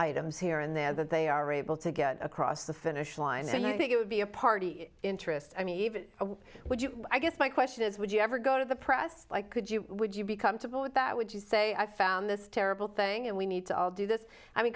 items here and there that they are able to get across the finish line and i think it would be a party interest i mean even would you i guess my question is would you ever go to the press could you would you be comfortable with that would you say i found this terrible thing and we need to all do this i mean